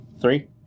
three